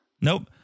Nope